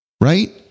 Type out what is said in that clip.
Right